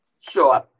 Sure